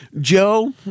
Joe